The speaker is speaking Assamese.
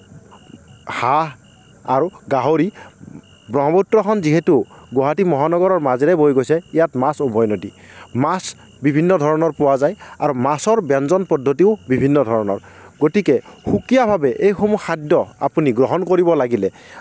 হাঁহ আৰু গাহৰি ব্ৰহ্মপুত্ৰখন যিহেতু গুৱাহাটী মহানগৰৰ মাজেৰে বৈ গৈছে ইয়াত মাছ উভৈনদী মাছ বিভিন্ন ধৰণৰ পোৱা যায় আৰু মাছৰ ব্যঞ্জন পদ্ধতিও বিভিন্ন ধৰণৰ গতিকে সুকীয়াভাৱে এই সমূহ খাদ্য আপুনি গ্ৰহণ কৰিব লাগিলে